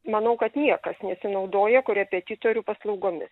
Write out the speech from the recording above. manau kad niekas nesinaudoja korepetitorių paslaugomis